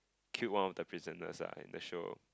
killed one of the prisoners ah in the show